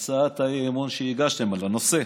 להצעת האי-אמון שהגשתם, לנושא.